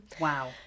Wow